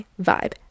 vibe